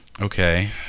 Okay